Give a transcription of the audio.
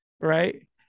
right